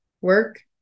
work